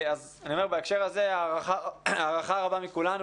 בהקשר הזה, הערכה רבה מכולנו.